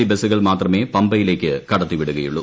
C ബസുകൾ മാത്രമേ പമ്പയിലേക്ക് കടത്തിവിടുകയുള്ളൂ